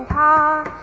da